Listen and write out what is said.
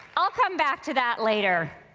i'll come back to that later.